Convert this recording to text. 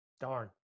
Darn